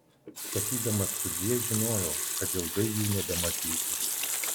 sakydamas sudie žinojau kad ilgai jų nebematysiu